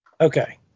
Okay